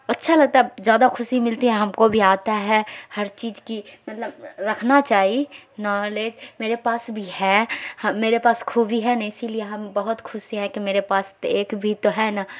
اچھا لگتا ہے زیادہ خوشی ملتی ہے ہم کو بھی آتا ہے ہر چیز کی مطلب رکھنا چاہی نالج میرے پاس بھی ہے میرے پاس خوبی ہے نا اسی لیے ہم بہت خوش ہیں کہ میرے پاس ایک بھی تو ہے نا